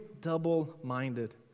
double-minded